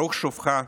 ברוך שובך,